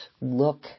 look